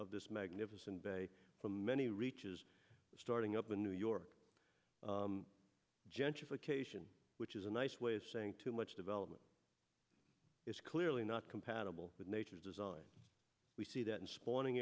of this magnificent bay from many reaches starting up in new york gentrification which is a nice way of saying too much development is clearly not compatible with nature design we see that in sp